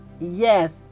Yes